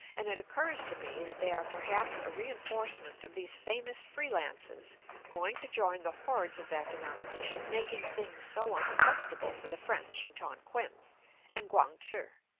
and it occurs to me that they are perhaps a reinforcement of these famous free-lances going to join the hordes of that denomination making things so uncomfortable for the french in tonquin and quang-tse.